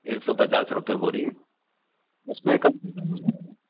एक सौ पचास रुपये बोरी उसमें कनसेस्सन हो जाएगा